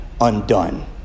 undone